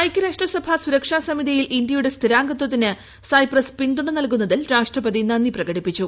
ഐക്യരാഷ്ട്രസഭ സുരക്ഷാ സമിതിയിൽ ഇന്ത്യയുടെ സ്ഥിരാംഗത്വത്തിന് സൈപ്രസ് പിന്തുണ നൽകുന്നതിൽ രാഷ്ട്രപതി നന്ദി പ്രകടിപ്പിച്ചു